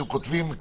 שאתם כותבים,